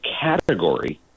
category